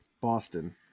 boston